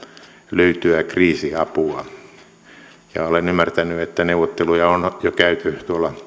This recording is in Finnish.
löytyä kriisiapua ja olen ymmärtänyt että neuvotteluja on jo käyty